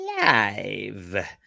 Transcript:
Live